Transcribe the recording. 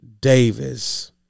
Davis